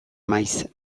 maiz